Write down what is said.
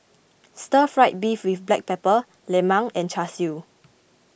Stir Fried Beef with Black Pepper Lemang and Char Siu